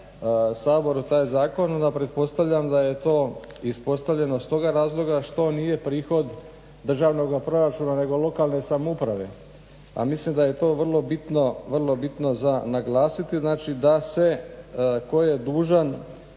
Saboru taj zakon. Onda pretpostavljam da je to ispostavljeno stoga razloga što nije prihod državnog proračuna nego lokalne samouprave, a mislim da je to vrlo bitno za naglasiti znači da se tko je dužan